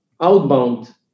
outbound